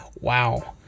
Wow